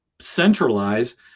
centralize